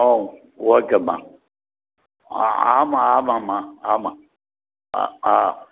ஓ ஓகேம்மா ஆ ஆமா ஆமாம்மா ஆமாம் ஆ ஆ